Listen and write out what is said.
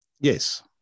Yes